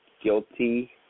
guilty